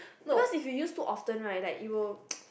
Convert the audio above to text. because if you use too often right like it will